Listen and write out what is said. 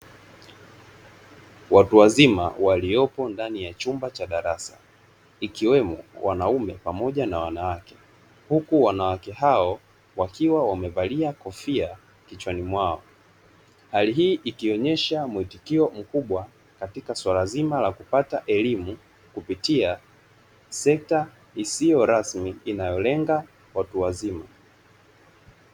Watu wazima waliopo ndani ya chumba cha darasa ikiwemo wanaume pamoja na wanawake huku wanawake hao wakiwa wamevalia kofia kichwani mwao. Hali hii ikionyesha mwitikio mkubwa katika suala zima la kupata elimu kupitia sekta isiyo rasmi, inayolenga watu wazima.